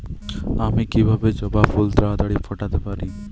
আমি কিভাবে জবা ফুল তাড়াতাড়ি ফোটাতে পারি?